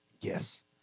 Yes